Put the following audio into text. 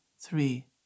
three